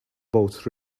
both